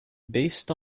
based